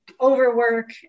overwork